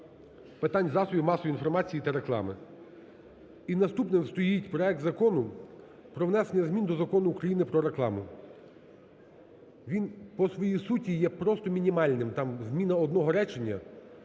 питань засобів масової інформації та реклами. І наступним стоїть проект Закону про внесення змін до Закону України "Про рекламу". Він по своїй суті є просто мінімальним, там зміна одного речення,